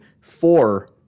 Four